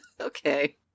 okay